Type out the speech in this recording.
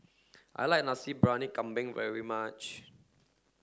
I like Nasi Briyani Kambing very much